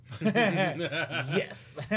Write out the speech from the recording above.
Yes